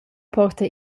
porta